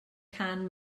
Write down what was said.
cân